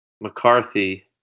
McCarthy